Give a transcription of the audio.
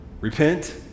Repent